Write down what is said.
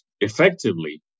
effectively